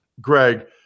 Greg